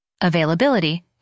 availability